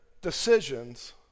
decisions